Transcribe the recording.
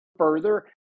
Further